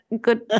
good